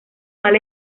mal